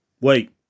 Wait